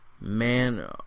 man